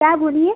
क्या बोलिए